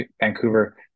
Vancouver